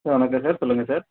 sir வணக்கம் sir சொல்லுங்க sir